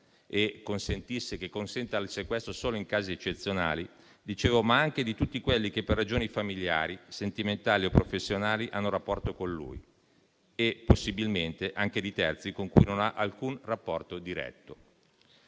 garantista, che consenta il sequestro solo in casi eccezionali - di tutti coloro che per ragioni familiari, sentimentali o professionali hanno rapporto con lui e possibilmente anche di terzi con cui non ha alcun rapporto diretto.